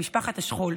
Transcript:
למשפחת השכול.